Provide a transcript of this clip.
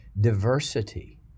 diversity